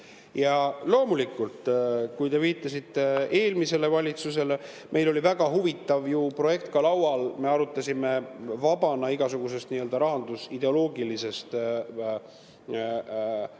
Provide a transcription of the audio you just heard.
Ja loomulikult, kui te viitasite eelmisele valitsusele, siis meil oli väga huvitav projekt ka laual. Me arutasime vabana igasugusest rahandusideoloogilisest piiritlusest